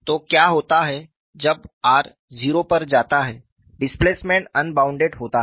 तो क्या होता है जब r 0 पर जाता है डिस्प्लेसमेंट अनबॉउंडेड होता है